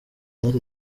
united